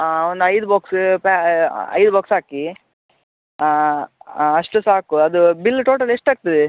ಹಾಂ ಒಂದು ಐದು ಬಾಕ್ಸ್ ಬ್ಯಾ ಐದು ಬಾಕ್ಸ್ ಹಾಕಿ ಹಾಂ ಹಾಂ ಅಷ್ಟು ಸಾಕು ಬಿಲ್ ಟೋಟಲ್ ಎಷ್ಟು ಆಗ್ತದೆ